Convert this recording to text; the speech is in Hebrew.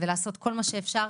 ולעשות כל מה שאפשר.